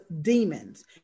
demons